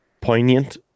Poignant